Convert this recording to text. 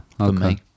Okay